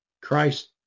Christ